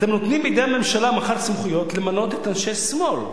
אתם נותנים בידי הממשלה מחר סמכויות למנות אנשי שמאל.